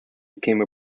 became